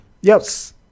yes